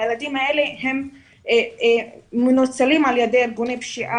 הילדים האלה מנוצלים על ידי גורמי פשיעה,